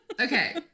okay